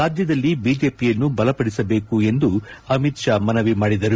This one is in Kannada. ರಾಜ್ಯದಲ್ಲಿ ಐಜೆಪಿಯನ್ನು ಬಲಪಡಿಸಬೇಕು ಎಂದು ಅಮಿತ್ ಷಾ ಮನವಿ ಮಾಡಿದರು